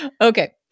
Okay